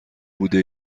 بوده